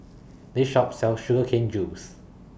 This Shop sells Sugar Cane Juice